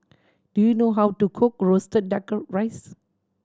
do you know how to cook roasted Duck Rice